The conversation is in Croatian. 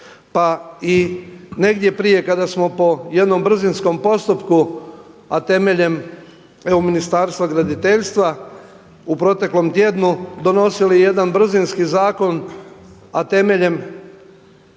Pa i negdje prije kada smo po jednom brzinskom postupku, a temeljem evo Ministarstva graditeljstva u proteklom tjednu donosili jedan brzinski zakon a temeljem